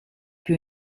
più